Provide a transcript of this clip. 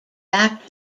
back